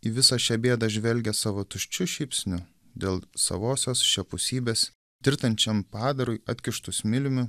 į visą šią bėdą žvelgia savo tuščiu šypsniu dėl savosios šiapusybės tirtančiam padarui atkištu smiliumi